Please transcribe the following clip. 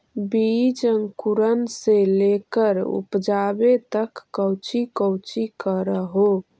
बीज अंकुरण से लेकर उपजाबे तक कौची कौची कर हो?